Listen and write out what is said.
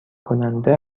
کننده